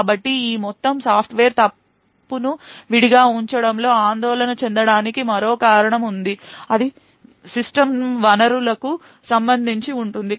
కాబట్టి ఈ మొత్తం సాఫ్ట్వేర్ తప్పును విడిగా ఉంచడంలో ఆందోళన చెందడానికి మరో కారణము ఉంది అది సిస్టమ్ వనరులకు సంబంధించి ఉంటుంది